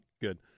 Good